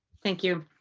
thank you.